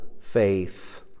faith